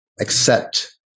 accept